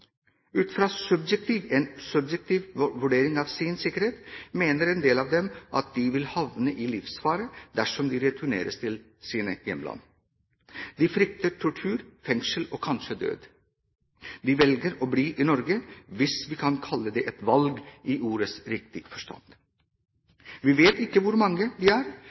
Ut fra en subjektiv vurdering av sin sikkerhet mener en del av dem at de vil havne i livsfare dersom de returneres til sine hjemland. De frykter tortur, fengsel og kanskje død. De velger å bli i Norge – hvis vi kan kalle det et valg i ordets riktige forstand. Vi vet ikke hvor mange det er.